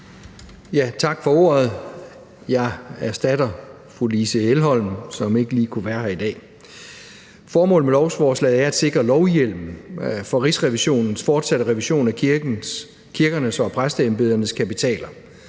Tak for ordet. Jeg erstatter fru Louise Schack Elholm, som ikke lige kunne være her i dag. Formålet med lovforslaget er at sikre en lovhjemmel for Rigsrevisionens fortsatte revision af kirkernes og præsteembedernes kapitaler.